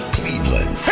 Cleveland